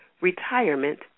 retirement